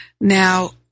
Now